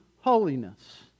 holiness